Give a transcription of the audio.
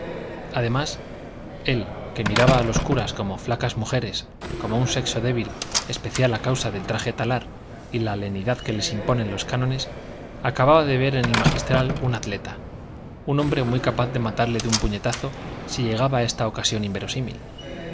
además él que miraba a los curas como flacas mujeres como un sexo débil especial a causa del traje talar y la lenidad que les imponen los cánones acababa de ver en el magistral un atleta un hombre muy capaz de matarle de un puñetazo si llegaba esta ocasión inverosímil